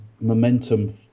momentum